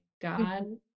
God